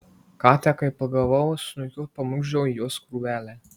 katę kai pagavau snukiu pamurkdžiau į jos krūvelę